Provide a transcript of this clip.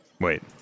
Wait